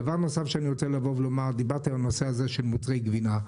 דבר נוסף שאני רוצה לבוא ולומר: דיברתם על הנושא הזה של מוצרי גבינה.